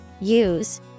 use